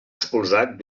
expulsat